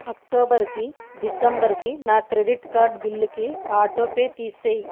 అక్టోబర్కి డిసెంబర్కి నా credit card బిల్లుకి ఆటోపే తీసేయ్